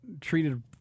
treated